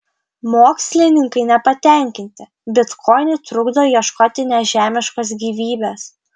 mokslininkai nepatenkinti bitkoinai trukdo ieškoti nežemiškos gyvybės